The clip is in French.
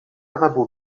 arabo